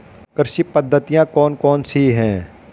कृषि पद्धतियाँ कौन कौन सी हैं?